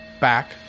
back